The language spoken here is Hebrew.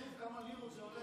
כתוב גם כמה לירות זה עולה.